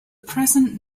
present